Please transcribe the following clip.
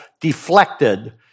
deflected